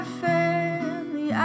family